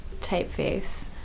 typeface